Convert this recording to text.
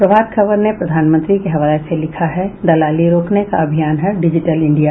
प्रभात खबर ने प्रधानमंत्री के हवाले से लिखा है दलाली रोकने का अभियान है डिजिटल इंडिया